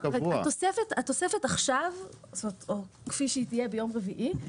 התוספת עכשיו או כפי שהיא תהיה ביום רביעי,